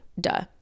duh